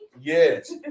Yes